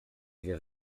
dwie